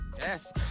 Yes